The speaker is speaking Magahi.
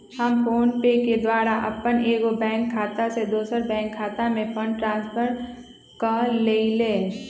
हम फोनपे के द्वारा अप्पन एगो बैंक खता से दोसर बैंक खता में फंड ट्रांसफर क लेइले